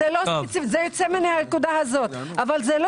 זה יוצא מן הנקודה הזאת אבל זה לא